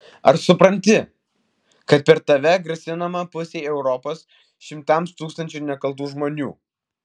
ar supranti kad per tave grasinama pusei europos šimtams tūkstančių nekaltų žmonių